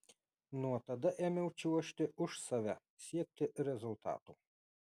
nuo tada ėmiau čiuožti už save siekti rezultatų